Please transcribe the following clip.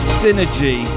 synergy